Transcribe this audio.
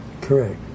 Correct